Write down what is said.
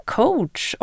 coach